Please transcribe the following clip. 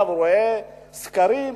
בא ורואה סקרים.